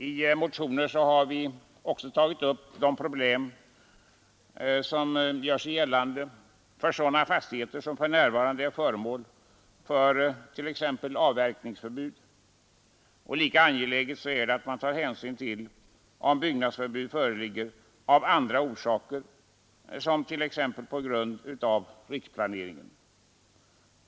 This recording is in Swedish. I motioner har vi även tagit upp de problem som gör sig gällande för sådana fastigheter som för närvarande är föremål för t.ex. avverkningsförbud. Lika angeläget är det att man tar hänsyn till om byggnadsförbud föreligger av andra orsaker, t.ex. på grund av riksplaneringen.